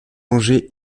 manger